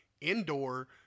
indoor